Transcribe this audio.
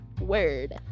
word